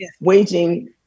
waging